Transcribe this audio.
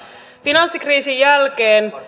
finanssikriisin jälkeen